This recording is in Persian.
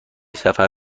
سفر